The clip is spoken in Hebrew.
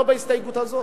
לא בהסתייגות הזאת.